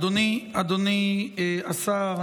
אדוני השר,